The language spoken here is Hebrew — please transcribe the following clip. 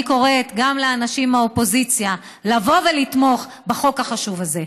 אני קוראת גם לאנשים מהאופוזיציה לבוא ולתמוך בחוק החשוב הזה.